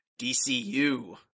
DCU